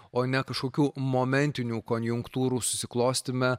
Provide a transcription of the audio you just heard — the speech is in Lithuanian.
o ne kažkokių momentinių konjunktūrų susiklostyme